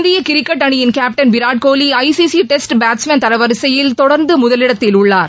இந்திய கிரிக்கெட் அணியின் captain Virat Kohli ICC test batsmen தர வரிசையில் தொடர்ந்து முதலிடத்தில் உள்ளார்